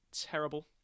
terrible